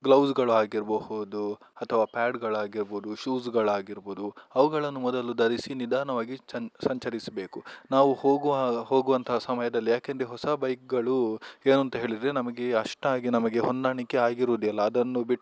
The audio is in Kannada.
ಗ್ಲೌಸ್ಗಳು ಆಗಿರಬಹುದು ಅಥವಾ ಪ್ಯಾಡ್ಗಳಾಗಿರ್ಬೊದು ಶೂಸ್ಗಳಾಗಿರ್ಬೊದು ಅವುಗಳನ್ನು ಮೊದಲು ಧರಿಸಿ ನಿಧಾನವಾಗಿ ಚನ್ ಸಂಚರಿಸಬೇಕು ನಾವು ಹೋಗುವ ಹೋಗುವಂತಹ ಸಮಯದಲ್ಲಿ ಯಾಕೆಂದರೆ ಹೊಸ ಬೈಕ್ಗಳು ಏನುಂತ ಹೇಳಿದರೆ ನಮಗೆ ಅಷ್ಟಾಗಿ ನಮಗೆ ಹೊಂದಾಣಿಕೆ ಆಗಿರುವುದಿಲ್ಲ ಅದನ್ನು ಬಿಟ್ಟ